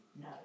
No